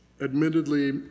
admittedly